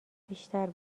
بیشتر